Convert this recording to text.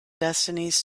destinies